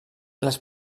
les